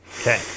Okay